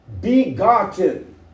begotten